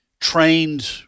trained